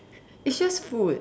it's just food